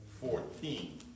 fourteen